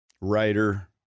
writer